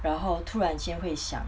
然后突然间会想